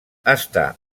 està